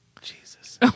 Jesus